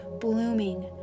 blooming